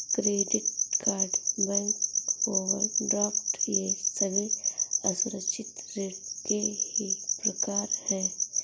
credit card bank overdraft ये सभी असुरक्षित ऋण के ही प्रकार है